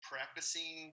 Practicing